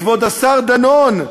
כבוד השר דנון,